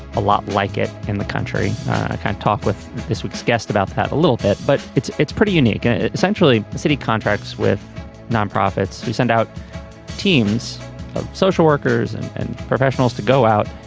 a lot like it in the country. i can't talk with this week's guest about that a little bit but it's it's pretty unique and essentially city contracts with nonprofits to send out teams social workers and and professionals to go out.